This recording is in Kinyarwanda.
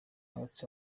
heart